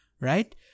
Right